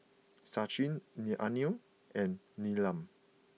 Sachin Lee Anil and Neelam